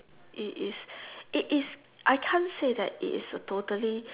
it is it is I can't say that it is a totally